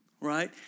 right